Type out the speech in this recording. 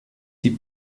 die